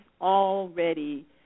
already